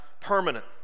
permanent